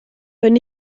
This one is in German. wenn